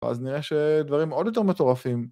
ואז נראה שדברים עוד יותר מטורפים.